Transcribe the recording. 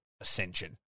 ascension